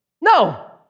No